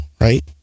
right